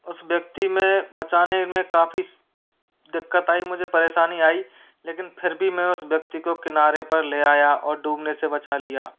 उस व्यक्ति में बचाने में काफ़ी दिक्कत आई मुझे परेशानी आई लेकिन फिर भी मैं उस व्यक्ति को किनारे पर ले आया और डूबने से बचा लिया